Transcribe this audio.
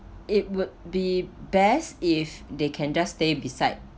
it would be best if they can just stay beside